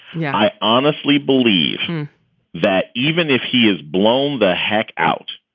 yeah i honestly believe that even if he is blown the heck out,